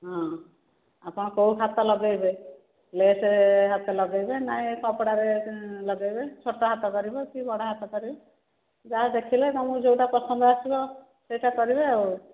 ହଁ ଆପଣ କେଉଁ ହାତ ଲଗେଇବେ ଲେସ ହାତ ଲଗେଇବେ ନା ଏ କପଡ଼ା ରେ ଲଗେଇବେ ଛୋଟ ହାତ କରିବେ କି ବଡ଼ ହାତ କରିବେ ଯାହା ଦେଖିଲେ ତୁମକୁ ଯେଉଁଟା ପସନ୍ଦ ଆସିବ ସେଇଟା କରିବେ ଆଉ